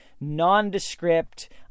nondescript